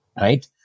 right